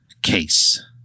Case